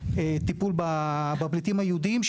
טיפול בפליטים היהודים,